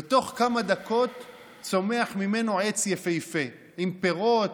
ותוך כמה דקות צומח ממנו עץ יפהפה עם פירות.